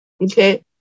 Okay